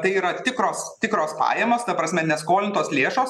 tai yra tikros tikros pajamos ta prasme ne skolintos lėšos